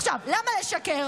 עכשיו, למה לשקר?